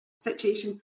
situation